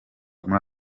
muri